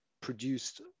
produced